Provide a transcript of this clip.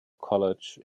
college